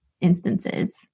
instances